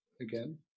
again